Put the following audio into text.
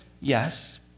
yes